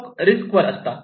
असे लोक रिस्क वर असतात